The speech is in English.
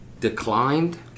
declined